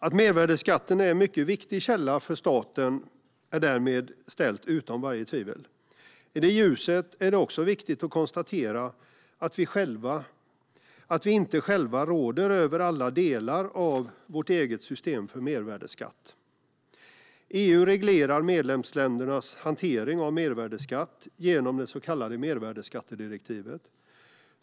Att mervärdesskatten är en mycket viktig källa för staten är därmed ställt utom varje tvivel. I det ljuset är det också viktigt att konstatera att vi inte själva råder över alla delar av vårt eget system för mervärdesskatt. EU reglerar medlemsländernas hantering av mervärdesskatt genom det så kallade mervärdesskattedirektivet.